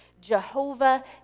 Jehovah